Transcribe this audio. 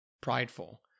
prideful